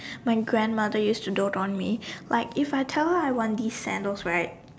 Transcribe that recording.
my grandmother used to dote on me like if I tell her I want these sandals right